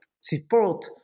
support